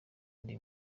ndi